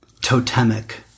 totemic